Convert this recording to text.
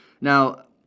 Now